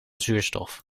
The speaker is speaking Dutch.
zuurstof